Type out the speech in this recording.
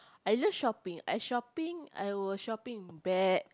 I love shopping I shopping I will shopping bag